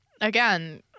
Again